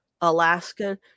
Alaska